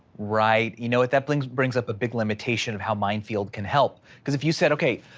right, you know what that brings brings up a big limitation of how mind field can help. because if you said okay,